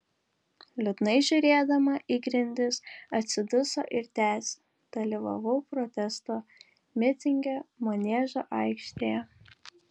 liūdnai žiūrėdama į grindis atsiduso ir tęsė dalyvavau protesto mitinge maniežo aikštėje